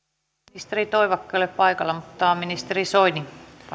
ministeri toivakka ei ole paikalla mutta ministeri soini vastaa